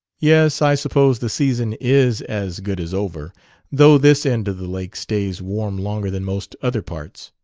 yes, i suppose the season is as good as over though this end of the lake stays warm longer than most other parts.